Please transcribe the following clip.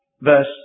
verse